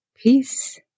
Peace